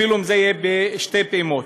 אפילו אם זה יהיה בשתי פעימות.